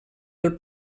del